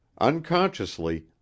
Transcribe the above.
Unconsciously